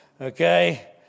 Okay